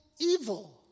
evil